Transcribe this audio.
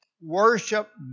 worship